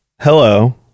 hello